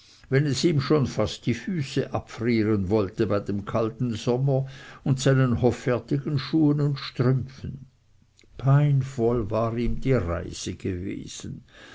wenn es ihm schon fast die füße abfrieren wollte bei dem kalten sommer und seinen hoffärtigen schuhen und strümpfen peinvoll war ihm die reise gewesen